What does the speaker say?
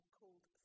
called